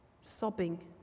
sobbing